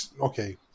okay